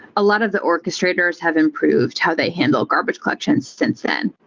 a lot of the orchestrators have improved how they handle garbage collection since then.